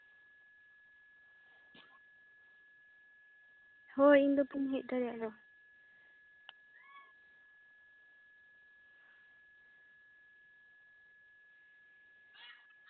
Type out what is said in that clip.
ᱦᱳᱭ ᱤᱧ ᱫᱚ ᱵᱟᱹᱧ ᱦᱮᱡ ᱫᱟᱲᱮᱭᱟᱜᱼᱟ